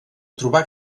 trobar